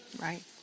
Right